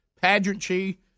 pageantry